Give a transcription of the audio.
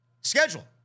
schedule